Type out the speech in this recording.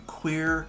queer